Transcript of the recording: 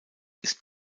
ist